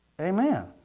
Amen